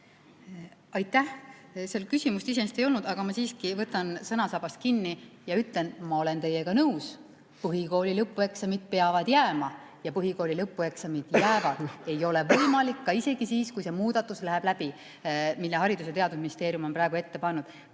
Aitäh! Seal küsimust iseenesest ei olnud, aga ma siiski võtan sõnasabast kinni ja ütlen: ma olen teiega nõus. Põhikooli lõpueksamid peavad jääma ja põhikooli lõpueksamid jäävad. Ei ole võimalik isegi siis, kui see muudatus läheb läbi, mille Haridus‑ ja Teadusministeerium on praegu ette pannud,